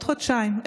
מחשבים.